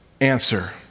answer